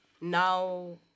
now